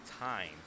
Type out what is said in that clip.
time